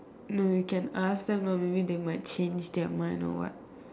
no you can ask them lor maybe they might change their mind or what